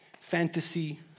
fantasy